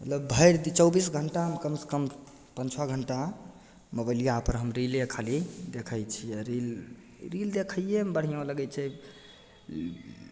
मतलब भरिदिन चौबिस घण्टामे कमसे कम पाँच छओ घण्टा मोबाइलेपर हम रीले खाली देखै छिए रील रील देखैमे बढ़िआँ लागै छै